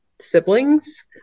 siblings